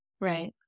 Right